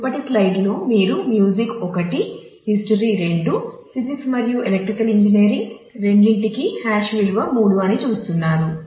మునుపటి స్లైడ్ రెండింటికి హాష్ విలువ 3 అని చూస్తున్నారు